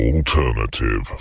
Alternative